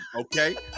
okay